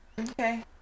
Okay